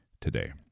today